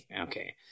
Okay